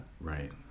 Right